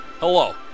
Hello